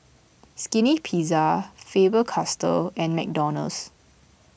Skinny Pizza Faber Castell and McDonald's